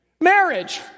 Marriage